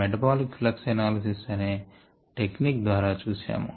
metabolic flux analysis అనే technique ద్వారా చూశాము